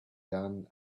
done